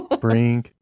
bring